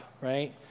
Right